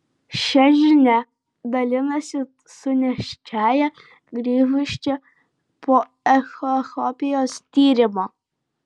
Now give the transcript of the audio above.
šia žinia dalinasi su nėščiąja grįžusia po echoskopijos tyrimo